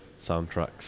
soundtracks